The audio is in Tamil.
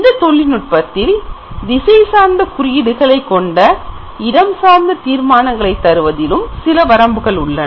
இந்தத் தொழில்நுட்பத்தில் திசை சார்ந்த குறியீடுகளைக் கொண்டு இடம் சார்ந்த தீர்மானங்களை தருவதில் சில வரம்பு உள்ளது